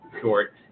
short